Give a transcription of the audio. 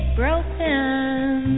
broken